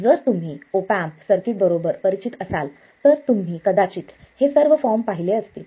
जर तुम्ही op amp circuit बरोबर परिचित असाल तर तुम्ही कदाचित हे सर्व फॉर्म पाहिले असतील